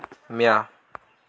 म्या